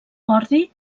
ordi